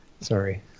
Sorry